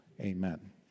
Amen